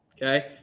Okay